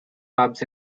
pubs